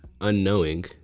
unknowing